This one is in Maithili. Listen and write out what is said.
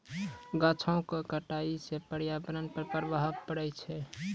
गाछो क कटाई सँ पर्यावरण पर प्रभाव पड़ै छै